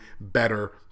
better